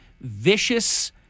vicious